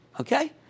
okay